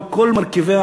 עם כל מרכיביה,